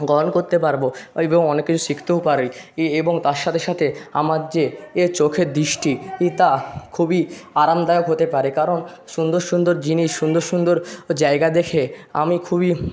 গ্রহণ করতে পারবো এবং অনেক কিছু শিখতেও পারি ই এবং তার সাথে সাথে আমার যে এ চোখের দৃষ্টি তা খুবই আরামদায়ক হতে পারে কারণ সুন্দর সুন্দর জিনিস সুন্দর সুন্দর জায়গা দেখে আমি খুবই